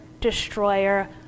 destroyer